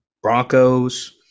Broncos